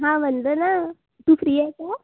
हा वंदना तू फ्री आहे का